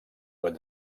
got